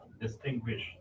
distinguish